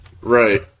Right